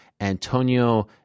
Antonio